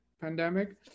pandemic